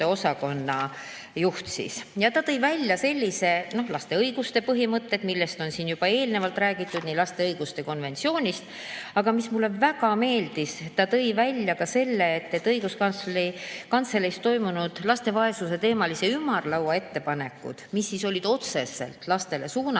noorteosakonna juht. Ta tõi välja sellised laste õiguste põhimõtted, millest on siin juba eelnevalt räägitud, laste õiguste konventsioonist. Aga mis mulle väga meeldis, ta tõi välja ka selle, et Õiguskantsleri Kantseleis toimunud laste vaesuse teemalise ümarlaua ettepanekud, mis olid otseselt lastele suunatud,